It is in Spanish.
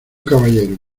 caballero